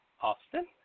Austin